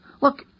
Look